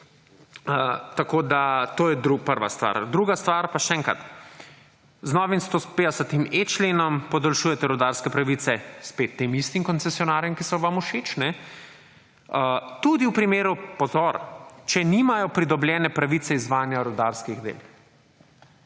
Tako da, to je prva stvar. Druga stvar pa še enkrat. Z novim 150.e členom podaljšujete rudarske pravice spet tem istim koncesionarjem, ki so vam všeč, tudi v primeru, pozor, če nimajo pridobljene pravice izvajanja rudarskih del.